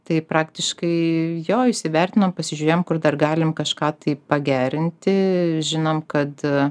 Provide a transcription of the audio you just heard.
tai praktiškai jo įsivertinom pasižiūrėjom kur dar galim kažką tai pagerinti žinom kad